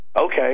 Okay